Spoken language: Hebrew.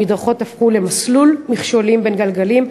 המדרכות הפכו למסלול מכשולים בין גלגלים,